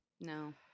No